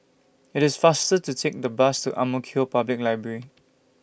IT IS faster to Take The Bus to Ang Mo Kio Public Library